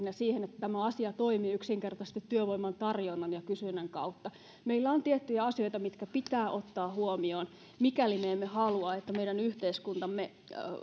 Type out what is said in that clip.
ja siihen että tämä asia toimii yksinkertaisesti työvoiman tarjonnan ja kysynnän kautta meillä on tiettyjä asioita mitkä pitää ottaa huomioon mikäli me emme halua että meidän yhteiskuntamme